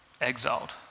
exiled